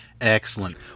Excellent